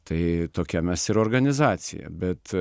tai tokia mes ir organizacija bet